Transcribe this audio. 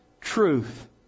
truth